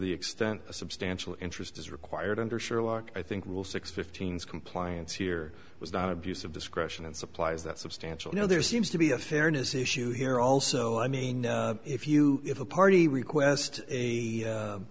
the extent a substantial interest is required under sherlock i think will six fifteen's compliance here was not abuse of discretion and supplies that substantial you know there seems to be a fairness issue here also i mean if you have a party request a